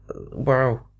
wow